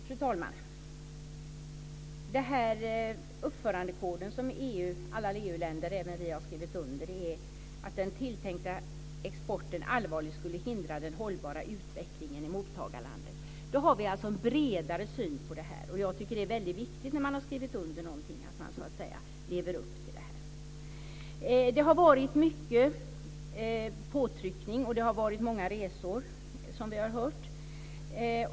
Fru talman! När det gäller den uppförandekod som alla EU-länder, även vi, har skrivit under om att den tilltänkta exporten allvarligt skulle hindra den hållbara utvecklingen i mottagarlandet har vi en bredare syn på detta. Och jag tycker att det är mycket viktigt att när man har skrivit under någonting så ska man leva upp till det. Det har varit mycket påtryckning och många resor som vi har hört.